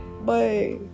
bye